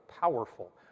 powerful